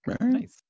Nice